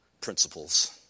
principles